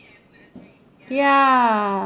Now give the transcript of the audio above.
ya